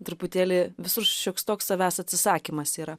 truputėlį visur šioks toks savęs atsisakymas yra